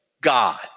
God